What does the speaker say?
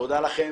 תודה לכם.